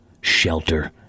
shelter